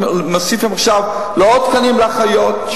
מוסיפים עכשיו תקנים לאחיות,